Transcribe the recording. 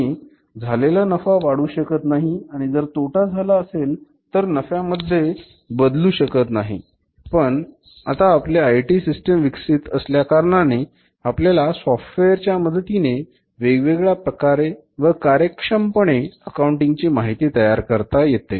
तुम्ही झालेला नफा वाढवू शकत नाही आणि जर तोटा झाला असेल तो नफ्यामध्ये बदलू शकत नाही पण आता आपले आयटी सिस्टिम विकसित झाले असल्याकारणाने आपल्याला सॉफ्टवेअरच्या मदतीने वेगवेगळ्या प्रकारे व कार्यक्षम पणे अकाउंटिंग ची माहिती तयार करता येते